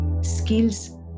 skills